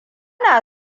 na